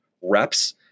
reps